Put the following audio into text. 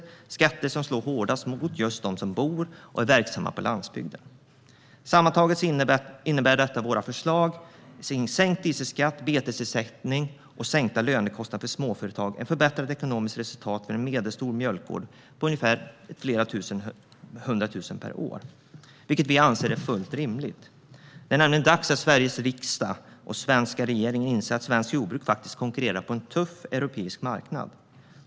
Det är skatter som slår hårdast mot just dem som bor och är verksamma på landsbygden. Sammantaget innebär våra förslag om sänkt dieselskatt, betesersättning och sänkta lönekostnader för småföretag ett förbättrat ekonomiskt resultat på flera hundra tusen per år för en medelstor mjölkgård. Vi anser att det är fullt rimligt. Det är nämligen dags att Sveriges riksdag och den svenska regeringen inser att svenskt jordbruk faktiskt konkurrerar på en tuff europeisk marknad.